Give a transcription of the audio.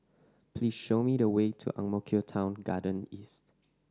please show me the way to Ang Mo Kio Town Garden East